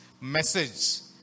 message